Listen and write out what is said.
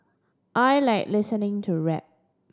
I like listening to rap